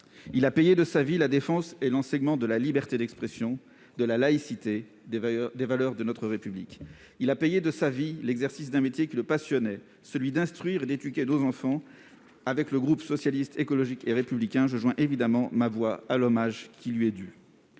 il a payé de sa vie la défense et l'enseignement de la liberté d'expression, de la laïcité, des valeurs de notre République. Il a payé de sa vie l'exercice d'un métier qui le passionnait, celui d'instruire et d'éduquer nos enfants. Avec le groupe Socialiste, Écologiste et Républicain, je m'associe évidemment à l'hommage qui lui est dû.